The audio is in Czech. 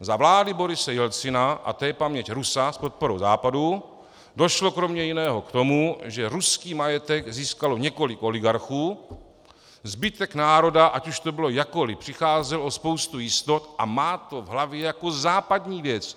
Za vlády Borise Jelcina, a to je paměť Rusa, s podporou Západu došlo kromě jiného k tomu, že ruský majetek získalo několik oligarchů, zbytek národa, ať už to bylo jakkoliv, přicházel o spoustu jistot a má to v hlavě jako západní věc.